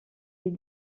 est